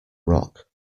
rock